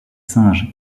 singes